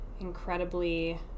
incredibly